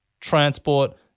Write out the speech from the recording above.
transport